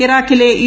ഇറാഖിലെ യു